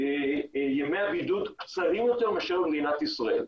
ימי הבידוד קצרים יותר מאשר במדינת ישראל.